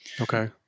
Okay